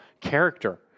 character